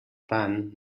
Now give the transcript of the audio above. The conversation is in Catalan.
tant